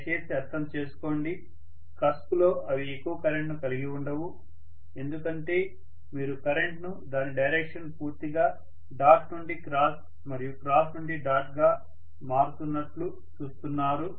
దయచేసి అర్థం చేసుకోండి కస్ప్లో అవి ఎక్కువ కరెంట్ను కలిగి ఉండవు ఎందుకంటే మీరు కరెంట్ను దాని డైరెక్షన్ పూర్తిగా డాట్ నుండి క్రాస్ మరియు క్రాస్ నుండి డాట్గా మారుతున్నట్లు చూస్తున్నారు